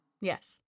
Yes